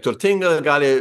turtinga gali